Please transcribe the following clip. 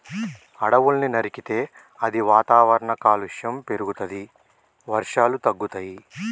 అడవుల్ని నరికితే అది వాతావరణ కాలుష్యం పెరుగుతది, వర్షాలు తగ్గుతయి